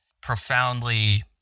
profoundly